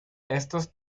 estos